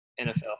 NFL